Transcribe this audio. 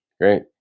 great